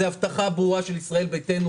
זו הבטחה ברורה של ישראל ביתנו,